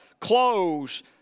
clothes